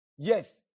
Yes